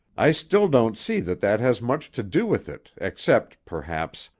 i still don't see that that has much to do with it except, perhaps,